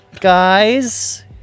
guys